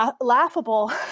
laughable